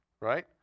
right